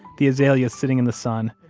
the azaleas sitting in the sun,